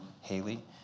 Haley